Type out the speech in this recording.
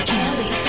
Kelly